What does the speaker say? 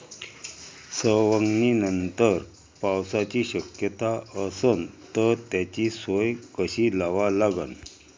सवंगनीनंतर पावसाची शक्यता असन त त्याची सोय कशी लावा लागन?